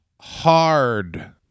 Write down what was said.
hard